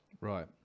right